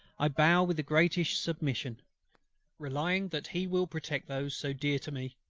i bow with the greatest submission relying that he will protect those, so dear to me,